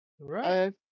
right